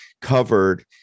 covered